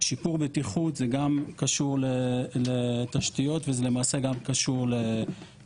שיפור בטיחות זה גם קשור לתשתיות וזה למעשה גם קשור לחדשנות.